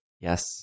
yes